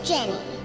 Jenny